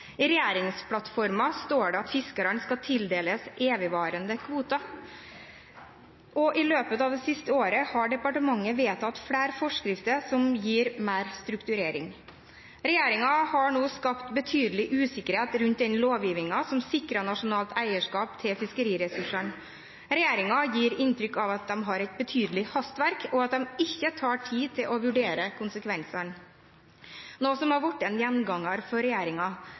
I regjeringsplattformen står det at fiskerne skal tildeles evigvarende kvoter. I løpet av det siste året har departementet vedtatt flere forskrifter som gir mer strukturering. Regjeringen har nå skapt betydelig usikkerhet rundt den lovgivningen som sikrer nasjonalt eierskap til fiskeriressursene. Regjeringen gir inntrykk av at de har et betydelig hastverk, og at de ikke har tid til å vurdere konsekvensene, noe som har blitt en gjenganger for